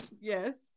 Yes